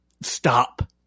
stop